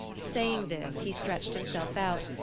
saying this, he stretched himself out,